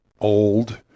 old